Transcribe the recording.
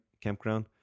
campground